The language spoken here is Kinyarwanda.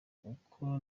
kuko